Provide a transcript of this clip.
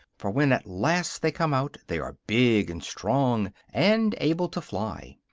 for when at last they come out they are big and strong, and able to fly.